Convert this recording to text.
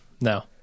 No